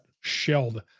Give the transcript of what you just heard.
shelled